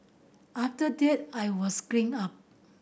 after that I was clean up